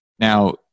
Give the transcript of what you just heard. Now